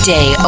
Day